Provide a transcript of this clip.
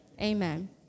amen